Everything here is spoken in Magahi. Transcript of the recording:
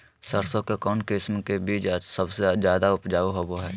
सरसों के कौन किस्म के बीच सबसे ज्यादा उपजाऊ होबो हय?